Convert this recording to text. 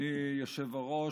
אדוני היושב-ראש,